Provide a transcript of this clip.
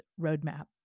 Roadmap